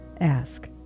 ask